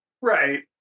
Right